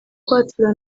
kwatura